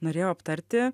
norėjau aptarti